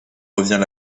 revient